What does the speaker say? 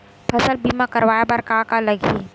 फसल बीमा करवाय बर का का लगही?